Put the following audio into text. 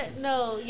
No